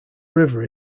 river